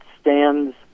stands